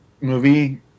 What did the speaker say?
movie